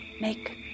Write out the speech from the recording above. Make